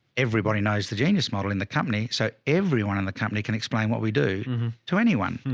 everybody knows the genius model in the company. so everyone in the company can explain what we do to anyone.